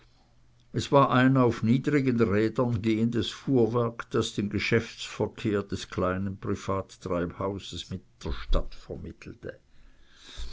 es war ein auf niedrigen rädern gehendes fuhrwerk das den geschäftsverkehr des kleinen privattreibhauses mit der stadt vermittelte